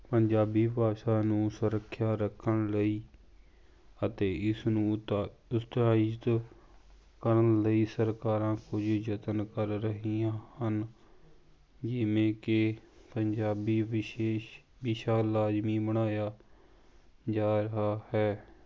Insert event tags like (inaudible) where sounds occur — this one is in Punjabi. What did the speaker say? ਪੰਜਾਬੀ ਭਾਸ਼ਾ ਨੂੰ ਸੁਰੱਖਿਆ ਰੱਖਣ ਲਈ ਅਤੇ ਇਸ ਨੂੰ ਤਾਂ (unintelligible) ਕਰਨ ਲਈ ਸਰਕਾਰਾਂ ਕੁਝ ਯਤਨ ਕਰ ਰਹੀਆਂ ਹਨ ਜਿਵੇਂ ਕਿ ਪੰਜਾਬੀ ਵਿਸ਼ੇਸ਼ ਵਿਸ਼ਾ ਲਾਜ਼ਮੀ ਬਣਾਇਆ ਜਾ ਰਿਹਾ ਹੈ